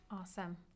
Awesome